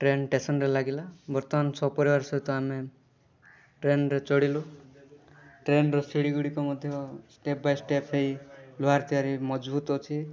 train ଷ୍ଟେସନ୍ରେ ଲାଗିଲା ବର୍ତ୍ତମାନ ସପରିବାର ସହିତ ଆମେ ଟ୍ରେନ୍ରେ ଚଢ଼ିଲୁ ଟ୍ରେନ୍ର ଶିଢ଼ି ଗୁଡ଼ିକ ମଧ୍ୟ ଷ୍ଟେପ୍ ବାଏ ଷ୍ଟେପ୍ ହେଇ ଲୁହାରେ ତିଆରି ମଜବୁତ ଅଛି